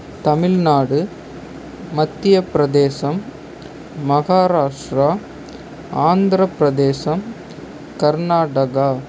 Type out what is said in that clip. Tamil Nadu Madhya Pradesh Maharashtra Andhra Pradesh Karnataka